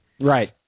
Right